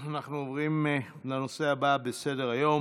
אנחנו עוברים לנושא הבא בסדר-היום: